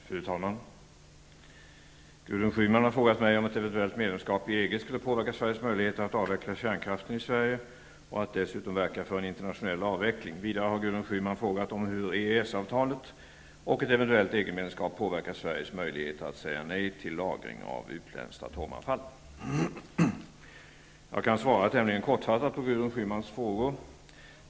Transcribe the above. Fru talman! Gudrun Schyman har frågat mig om ett eventuellt medlemskap i EG skulle påverka Sverige och att dessutom verka för en internationell avveckling. Vidare har Gudrun Schyman frågat om hur EES-avtalet och ett eventuellt EG medlemskap påverkar Sveriges möjligheter att säga nej till lagring av utländskt atomavfall. Jag kan svara tämligen kortfattat på Gudrun Schymans frågor.